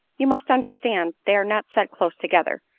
you must understand they are not set close together,